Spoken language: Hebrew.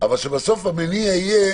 אבל שבסוף המניע יהיה